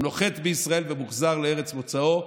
והוא נוחת בישראל ומוחזר לארץ מוצאו,